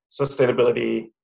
sustainability